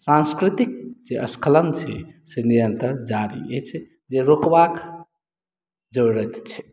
साँस्कृतिक जे स्खलन छै से निरन्तर जारी अछि जे रोकबाक जरूरत छै